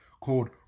called